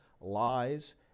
lies